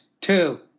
Two